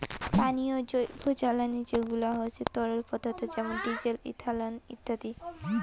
পানীয় জৈবজ্বালানী যেগুলা হসে তরল পদার্থ যেমন ডিজেল, ইথানল ইত্যাদি